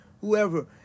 whoever